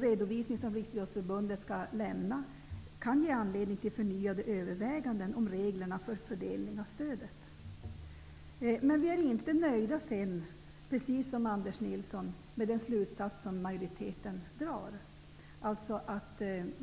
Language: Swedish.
redovisning som Riksidrottsförbundet skall lämna kan ge anledning till förnyade överväganden om reglerna för fördelning av stödet. Vi är dock, liksom Anders Nilsson, inte nöjda med den slutsats som majoriteten drar.